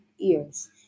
ears